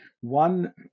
one